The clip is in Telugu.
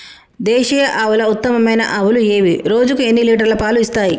దేశీయ ఆవుల ఉత్తమమైన ఆవులు ఏవి? రోజుకు ఎన్ని లీటర్ల పాలు ఇస్తాయి?